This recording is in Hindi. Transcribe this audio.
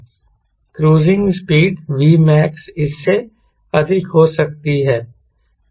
क्रूज़िंग स्पीड Vmax इससे अधिक हो सकती है